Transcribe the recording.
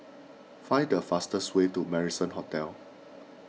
find the fastest way to Marrison Hotel